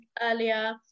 earlier